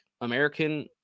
American